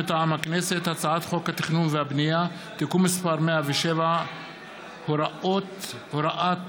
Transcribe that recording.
מטעם הכנסת: הצעת חוק התכנון והבנייה (תיקון מס' 107 והוראת שעה)